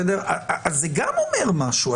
גם זה אומר משהו.